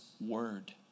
word